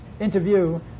interview